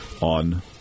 on